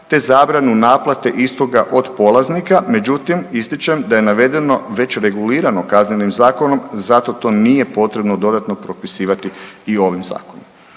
te zabranu naplate istoga od polaznika, međutim ističem da je navedeno već regulirano Kaznenim zakonom zato to nije potrebno dodatno propisivati i ovim zakonom.